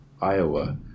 Iowa